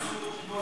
אדוני השר,